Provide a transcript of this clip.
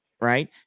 Right